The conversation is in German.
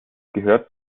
gehört